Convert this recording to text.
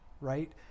right